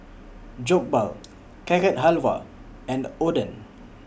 Jokbal Carrot Halwa and Oden